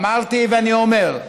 אמרתי ואני אומר: